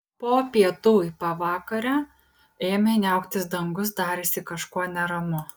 po pietų į pavakarę ėmė niauktis dangus darėsi kažko neramu